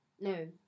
no